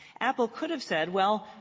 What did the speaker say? apple could have said well,